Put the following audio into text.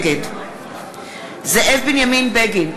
נגד זאב בנימין בגין,